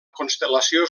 constel·lació